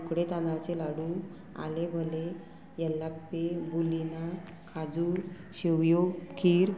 उकडे तांदळाचें लाडू आलें भले येल्लापे बुलीना खाजू शेवयो खीर